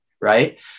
right